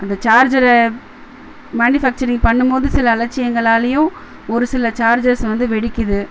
அந்த சார்ஜரை மேனிஃபெக்ட்ச்சரிங் பண்ணபோது சில அலட்சியங்களாலயும் ஒரு சில சார்ஜர்ஸ் வந்து வெடிக்குது